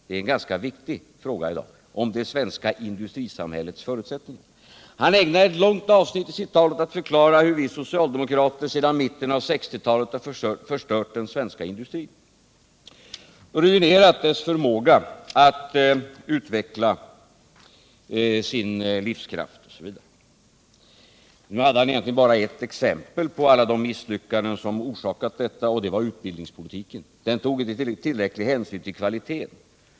Det är en ganska viktig fråga i dag. Herr Bohman ägnade ett långt avsnitt av sitt tal åt att förklara hur vi socialdemokrater sedan mitten av 1960 talet har förstört den svenska ekonomin och ruinerat dess förmåga att utveckla sin livskraft. Nu anförde han egentligen bara ett exempel på alla de misslyckanden som orsakat detta, och det var utbildningspolitiken som inte skulle tagit tillräcklig hänsyn till kvaliteten.